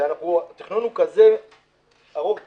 והתכנון הוא כזה ארוך טווח,